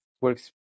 works